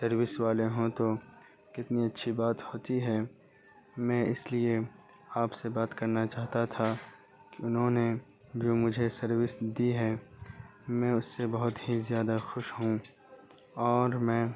service والے ہوں تو کتنی اچھی بات ہوتی ہے میں اس لیے آپ سے بات کرنا چاہتا تھا کہ انہوں نے جو مجھے سروس دی ہے میں اس سے بہت ہی زیادہ خوش ہوں اور میں